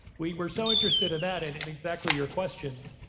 we were so interested in that, and in exactly your question,